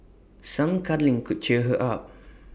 some cuddling could cheer her up